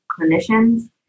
clinicians